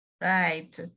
Right